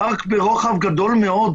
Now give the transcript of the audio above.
פארק ברוחב גדול מאוד,